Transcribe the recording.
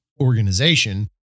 organization